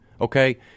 okay